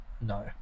no